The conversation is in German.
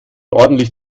ordentlich